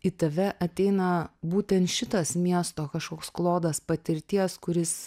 į tave ateina būtent šitas miesto kažkoks klodas patirties kuris